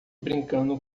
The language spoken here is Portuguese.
brincando